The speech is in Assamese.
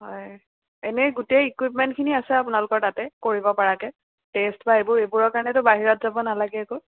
হয় এনেই গোটেই ইকুইপমেণ্টখিনি আছে আপোনালোকৰ তাতে কৰিব পৰাকৈ টেষ্ট বা এইবোৰ এইবোৰৰ কাৰণে বাহিৰত যাব নালাগে একো